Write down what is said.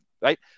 Right